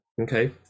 Okay